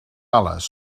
ales